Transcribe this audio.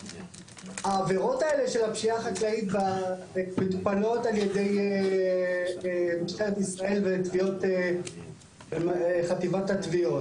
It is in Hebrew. העבירות של הפשיעה החקלאית מטופלות על ידי משטרת ישראל וחטיבת התביעות.